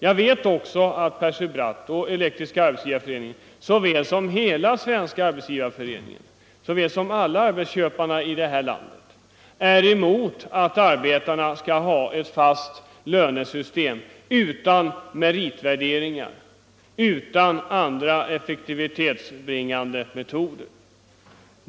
Jag vet också att Percy Bratt och Elektriska arbetsgivareföreningen liksom hela Svenska arbetsgivareföreningen och alla arbetsköpare i det här landet är emot att arbetarna får ett fast lönesystem utan meritvärderingar och utan alla effektivitetsbringande metoder.